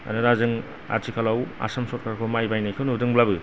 आरो दा जों आथिखालाव आसाम सरकारखौ माइ बायनायखौ नुदोंब्लाबो